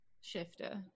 Shifter